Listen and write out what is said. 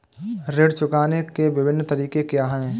ऋण चुकाने के विभिन्न तरीके क्या हैं?